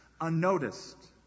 unnoticed